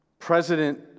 President